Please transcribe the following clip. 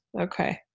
Okay